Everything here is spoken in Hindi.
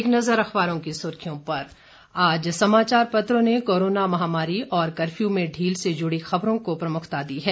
एक नज़र अखबारों की सुर्खियों पर आज समाचार पत्रों ने कोरोना महामारी और कर्फ्यू में ढील से जुड़ी खबरों को प्रमुखता दी है